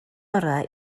orau